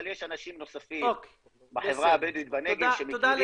אבל יש אנשים נוספים בחברה הבדואית בנגב שמכירים